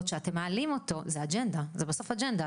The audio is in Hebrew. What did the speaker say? שאתם מעלים אותו זו אג'נדה! זו בסוף אג'נדה,